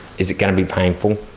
is it going to be painful?